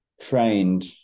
trained